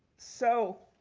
so,